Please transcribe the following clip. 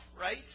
right